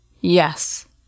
Yes